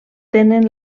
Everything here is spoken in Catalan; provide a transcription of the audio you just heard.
tenen